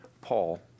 Paul